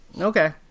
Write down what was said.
okay